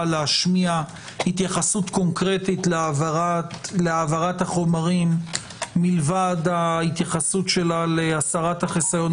להשמיע התייחסות קונקרטית להעברת החומרים מלבד התייחסותה להסרת החיסיון